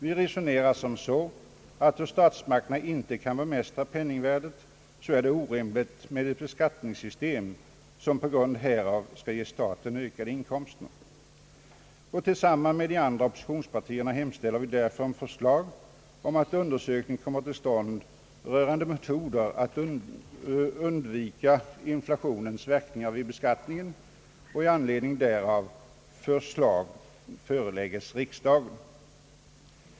Vi resonerar som så att det då statsmakterna inte kan bemästra penningvärdet är orimligt med ett skattesystem som på grund härav ger staten ökade inkomster. Tillsammans med de andra oppositionspartierna hemställer vi därför att en undersökning kommer till stånd rörande metoder att undvika inflationens verkningar vid beskattningen och att förslag i anledning därav förelägges riksdagen.